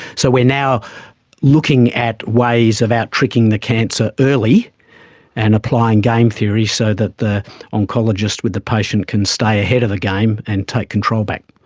so we are now looking at ways about tricking the cancer early and applying game theory so that the oncologist with the patient can stay ahead of the game and take control back.